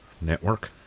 network